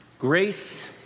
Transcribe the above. Grace